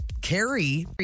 Carrie